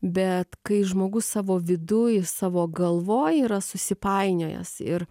bet kai žmogus savo viduj savo galvoj yra susipainiojęs ir